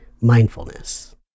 mindfulness